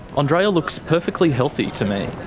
andrea looks perfectly healthy to me.